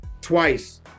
twice